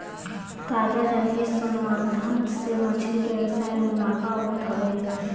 ताजा जलीय संवर्धन से मछरी के व्यवसाय में मुनाफा होत हवे